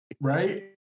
Right